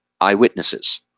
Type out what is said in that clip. eyewitnesses